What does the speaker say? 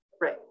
right